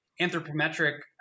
anthropometric